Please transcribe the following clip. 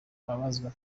ababazwa